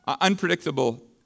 unpredictable